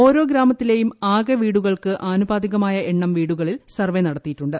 ഓരോ ഗ്രാമത്തിലെയും ആകെ വീടുകൾക്ക് ആനുപാതികമായ എണ്ണം വീടുകളിൽ സർവ്വെ നടത്തിയിട്ടുണ്ട്